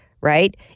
right